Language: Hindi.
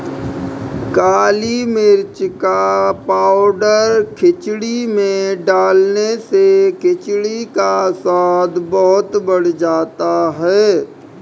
काली मिर्च का पाउडर खिचड़ी में डालने से खिचड़ी का स्वाद बहुत बढ़ जाता है